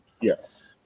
Yes